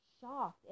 shocked